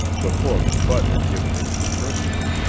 the book bud had given him for christmas,